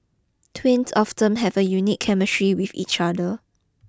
twins often have a unique chemistry with each other